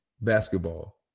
basketball